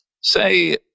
say